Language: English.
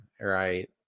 right